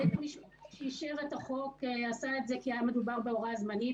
בית המשפט כשהשאיר את החוק עשה את זה כי היה מדובר בהוראה זמנית.